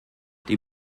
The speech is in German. die